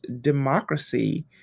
democracy